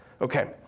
Okay